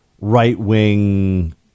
right-wing